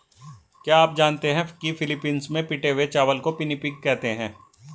क्या आप जानते हैं कि फिलीपींस में पिटे हुए चावल को पिनिपिग कहते हैं